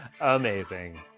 Amazing